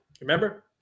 Remember